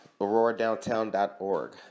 AuroraDowntown.org